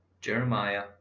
Jeremiah